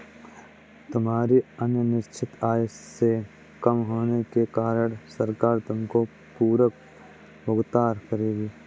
तुम्हारी आय निश्चित आय से कम होने के कारण सरकार तुमको पूरक भुगतान करेगी